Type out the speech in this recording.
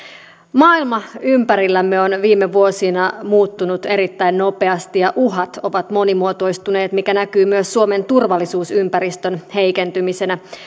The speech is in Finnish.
maailma ympärillämme on viime vuosina muuttunut erittäin nopeasti ja uhat ovat monimuotoistuneet mikä näkyy myös suomen turvallisuusympäristön heikentymisenä